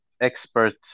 expert